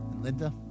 Linda